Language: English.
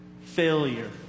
failure